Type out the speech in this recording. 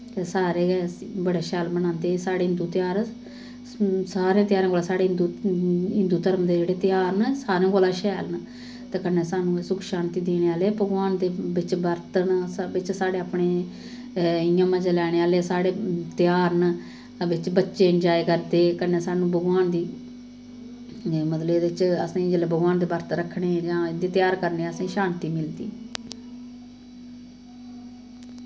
ते सारे गै इस्सी बड़ा शैल मनांदे साढ़े हिन्दू तेहार सारें तेहारें कोला साढ़े हिन्दू हिन्दू धर्म दे जेह्ड़े तेहार न सारें कोला शैल न ते कन्नै सानूं एह् सुख शांति देने आह्ले भगवान दे बिच्च बर्त न सब बिच्च साढ़े अपने अ इ'यां मजे लैने आह्ले साढ़े तेहार न बिच्च बच्चे इंजाय करदे कन्नै सानूं भगवान दी मतलब एह्दे च असें जेल्लै भगवान दे बर्त रक्खनें जां इं'दे तेहार करनें असें गी शांति मिलदी